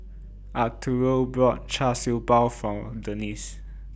Arturo bought Char Siew Bao For Denice